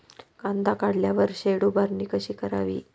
कांदा काढल्यावर शेड उभारणी कशी करावी?